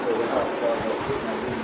तो यह आपका है